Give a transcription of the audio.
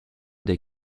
des